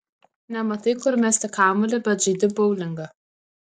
nematai kur mesti kamuolį bet žaidi boulingą